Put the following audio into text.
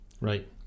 Right